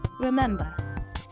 Remember